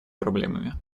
проблемами